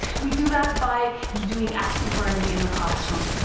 we do that by doing active learning in the classroom.